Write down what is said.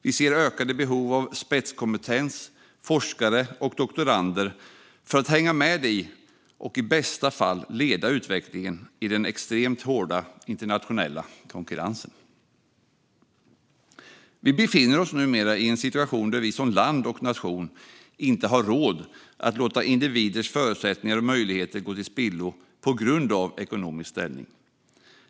Vi ser ökade behov av spetskompetens, forskare och doktorander för att hänga med i, och i bästa fall leda, utvecklingen i den extremt hårda internationella konkurrensen. Vi befinner oss numera i en situation där vi som land och nation inte har råd att låta individers förutsättningar och möjligheter gå till spillo på grund av ekonomisk ställning.